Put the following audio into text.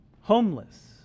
homeless